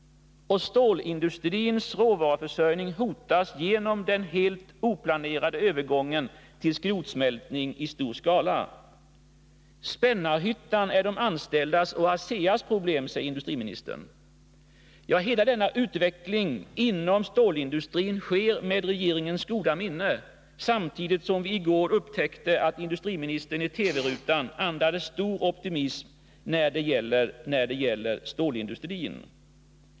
Stålindustrins råvaruförsörjning hotas genom den helt oplanerade övergången till skrotsmältning i stor skala. Spännarhyttan är de anställdas och ASEA:s problem, säger industriministern. Hela denna utveckling inom stålindustrin sker med regeringens goda minne. Samtidigt kunde vi i går upptäcka att industriministern i TV-rutan andades stor optimism när det gäller stålindustrin.